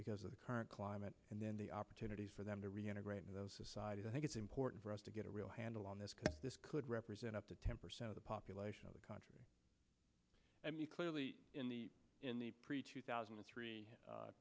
because of the current climate and then the opportunities for them to reintegrate in the society i think it's important for us to get a real handle on this because this could represent up to ten percent of the population of the country clearly in the in the pre two thousand and three